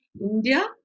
India